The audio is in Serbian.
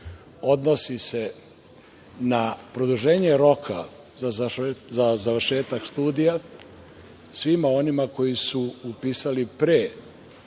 odnosi se na produženje roka za završetak studija svima onima koji su upisali pre